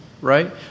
right